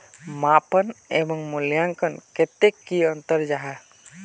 मापन एवं मूल्यांकन कतेक की अंतर जाहा?